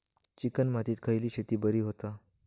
Chicken मातीत खयली शेती बरी होता?